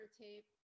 tape